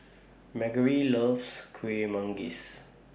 Margery loves Kuih Manggis